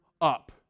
up